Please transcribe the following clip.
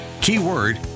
keyword